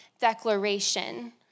declaration